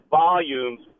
volumes